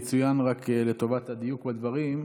יצוין רק לטובת הדיוק בדברים,